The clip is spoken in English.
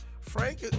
Frank